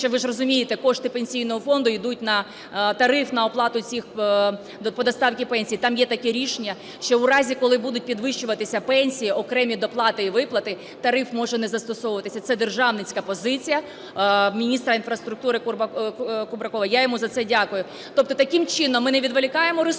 ви ж розумієте, кошти Пенсійного фонду йдуть на тариф, на оплату цих… по доставці пенсій. Там є таке рішення, що у разі, коли будуть підвищуватися пенсії, окремі доплати і виплати, тариф може не застосовуватися. Це державницька позиція міністра інфраструктури Кубракова, я йому за це дякую. Тобто таким чином ми не відволікаємо ресурс